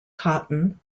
cotton